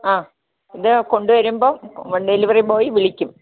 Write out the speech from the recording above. ആ ഇത് കൊണ്ടുവരുമ്പോൾ ഡെലിവെറി ബോയ് വിളിക്കും